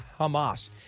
Hamas